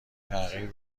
تغییر